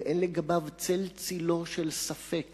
ואין צל צלו של ספק